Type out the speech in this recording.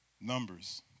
Numbers